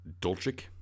Dolchik